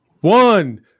One